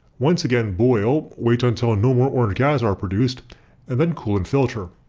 once again boil, wait until ah no more orange gases are produced and then cool and filter.